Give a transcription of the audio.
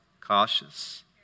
Cautious